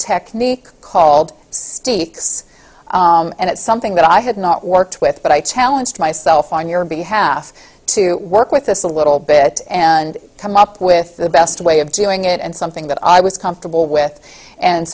technique called steve's and it's something that i had not worked with but i challenged myself on your behalf to work with this a little bit and come up with the best way of doing it and something that i was comfortable with and